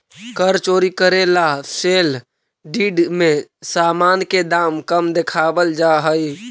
कर चोरी करे ला सेल डीड में सामान के दाम कम देखावल जा हई